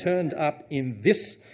turned up in this,